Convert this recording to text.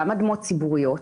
גם אדמות ציבוריות,